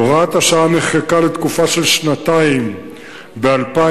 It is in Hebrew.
הוראת השעה נחקקה לתקופה של שנתיים ב-2005,